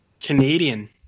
Canadian